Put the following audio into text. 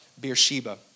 Beersheba